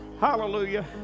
Hallelujah